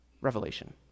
Revelation